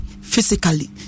physically